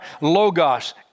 logos